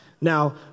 Now